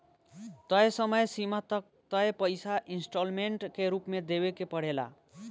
तय समय सीमा तक तय पइसा इंस्टॉलमेंट के रूप में देवे के पड़ेला